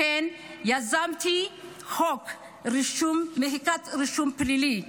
לכן יזמתי חוק מחיקת רישום פלילי.